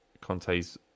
Conte's